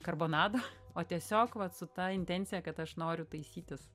karbonado o tiesiog vat su ta intencija kad aš noriu taisytis